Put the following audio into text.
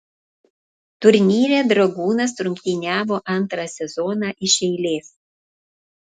turnyre dragūnas rungtyniavo antrą sezoną iš eilės